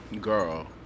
Girl